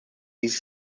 these